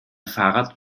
fahrrad